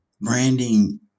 branding